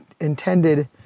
intended